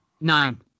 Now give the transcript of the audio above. Nine